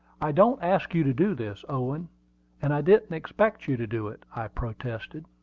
i don't ask you to do this, owen and i didn't expect you to do it, i protested.